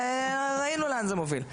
וראינו לאן זה מוביל.